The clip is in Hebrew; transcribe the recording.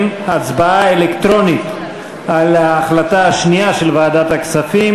הצבעה אלקטרונית על ההחלטה השנייה של ועדת הכספים.